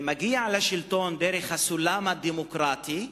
מגיע לשלטון דרך הסולם הדמוקרטי,